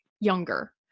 younger